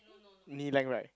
knee length right